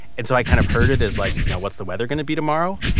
and so i kind of heard it as like you know what's the weather going to be tomorrow?